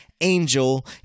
Angel